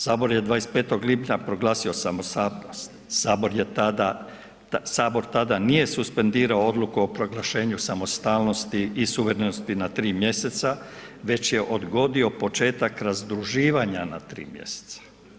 Sabor je 25. lipnja proglasio samostalnost, Sabor tada nije suspendirao odluku o proglašenju samostalnosti i suverenosti na tri mjeseca već je odgodio početak razdruživanja na tri mjeseca.